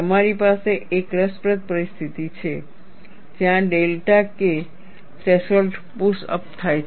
તમારી પાસે એક રસપ્રદ પરિસ્થિતિ છે જ્યાં delta K threshold push up થાય છે